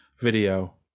video